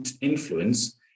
influence